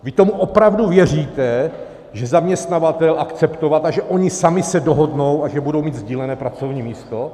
Vy tomu opravdu věříte, že zaměstnavatel bude akceptovat a že oni sami se dohodnou a že budou mít sdílené pracovní místo?